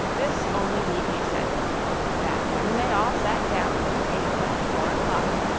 this only need be said that when they all sat down to table at four o'clock,